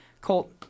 Colt